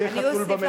שיהיה חתול במליאה.